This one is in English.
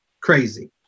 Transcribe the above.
crazy